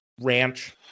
ranch